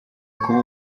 kuba